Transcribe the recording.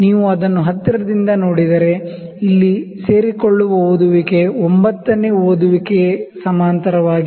ನೀವು ಅದನ್ನು ಹತ್ತಿರದಿಂದ ನೋಡಿದರೆ ಇಲ್ಲಿ ಸೇರಿಕೊಳ್ಳುವ ರೀಡಿಂಗ್ 9 ನೇ ರೀಡಿಂಗ್ ಸಮಾಂತರ ವಾಗಿದೆ